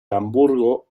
hamburgo